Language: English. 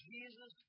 Jesus